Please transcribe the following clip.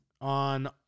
on